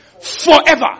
forever